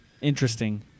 interesting